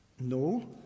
no